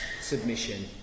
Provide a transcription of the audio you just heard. submission